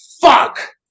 fuck